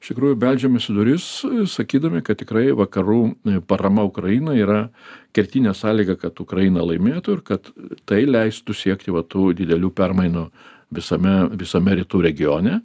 iš tikrųjų beldžiamės į duris sakydami kad tikrai vakarų parama ukrainai yra kertinė sąlyga kad ukraina laimėtų ir kad tai leistų siekti va tų didelių permainų visame visame rytų regione